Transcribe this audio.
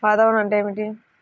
వాతావరణం అంటే ఏమిటి?